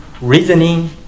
reasoning